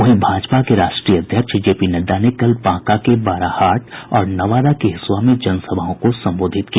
वहीं भाजपा के राष्ट्रीय अध्यक्ष जेपी नड्डा ने कल बांका के बाराहाट और नवादा के हिसुआ में जन सभाओं को संबोधित किया